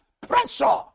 pressure